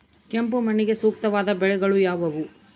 ಕೆಂಪು ಮಣ್ಣಿಗೆ ಸೂಕ್ತವಾದ ಬೆಳೆಗಳು ಯಾವುವು?